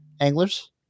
anglers